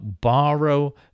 borrow